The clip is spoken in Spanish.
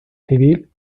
civil